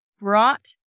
brought